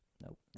Nope